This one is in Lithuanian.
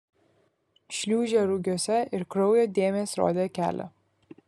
šliūžė rugiuose ir kraujo dėmės rodė kelią